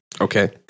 Okay